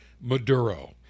Maduro